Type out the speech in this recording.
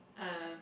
um